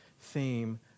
theme